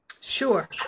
Sure